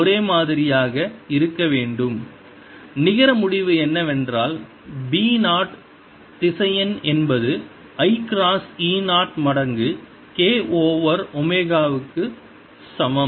Ekcoskx ωt iE0 ∂B∂t B0∂tsinkx ωt ωB0coskx ωt நிகர முடிவு என்னவென்றால் B 0 திசையன் என்பது i கிராஸ் E 0 மடங்கு k ஓவர் ஒமேகாவை க்கு சமம்